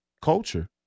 culture